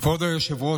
היושב